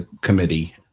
committee